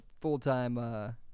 full-time